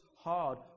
hard